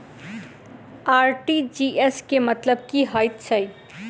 RTGS केँ मतलब की हएत छै?